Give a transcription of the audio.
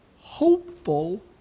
hopeful